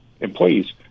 employees